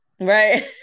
Right